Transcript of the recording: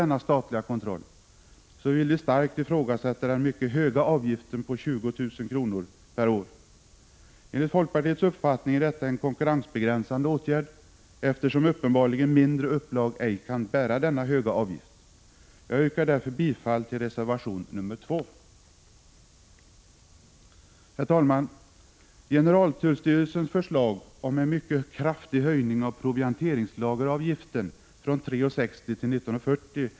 1985/86:125 = vill vi starkt ifrågasätta den mycket höga avgiften på 20 000 kr. per år. Enligt folkpartiets uppfattning är detta en konkurrensbegränsande åtgärd, eftersom mindre upplag uppenbarligen ej kan bära denna höga avgift. Jag yrkar därför bifall till reservation nr 2. Herr talman! Generaltullstyrelsens förslag om en mycket kraftig höjning av provianteringslageravgiften från 3:60 kr. till 19:40 kr.